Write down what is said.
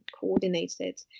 coordinated